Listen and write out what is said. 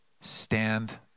Stand